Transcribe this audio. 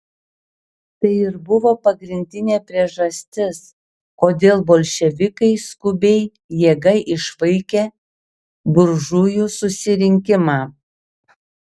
tai ir buvo pagrindinė priežastis kodėl bolševikai skubiai jėga išvaikė buržujų susirinkimą